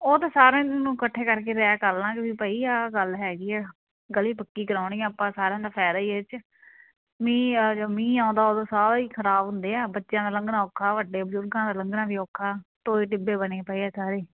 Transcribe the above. ਉਹ ਤਾਂ ਸਾਰਿਆਂ ਨੂੰ ਇਕੱਠੇ ਕਰਕੇ ਰਾਏ ਕਰ ਲਾਵਾਂਗੇ ਭਈ ਆਹ ਗੱਲ ਹੈਗੀ ਆ ਗਲੀ ਪੱਕੀ ਕਰਾਉਣੀ ਆ ਆਪਾਂ ਸਾਰਿਆਂ ਦਾ ਫ਼ਾਇਦਾ ਹੀ ਇਹਦੇ 'ਚ ਮੀਂਹ ਆ ਮੀਂਹ ਆਉਂਦਾ ਉਦੋਂ ਸਾਰਾ ਹੀ ਖ਼ਰਾਬ ਹੁੰਦੇ ਆ ਬੱਚਿਆਂ ਦਾ ਲੰਘਣਾ ਔਖਾ ਵੱਡੇ ਬਜ਼ੁਰਗਾਂ ਦਾ ਲੰਘਣਾ ਵੀ ਔਖਾ ਟੋਏ ਟਿੱਬੇ ਬਣੇ ਪਏ ਆ ਸਾਰੇ